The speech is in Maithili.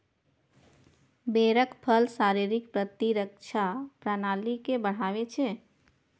बेरक फल शरीरक प्रतिरक्षा प्रणाली के बढ़ाबै छै